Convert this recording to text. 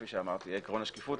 כפי שאמרתי: עיקרון השקיפות,